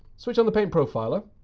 switch on the paint profiler,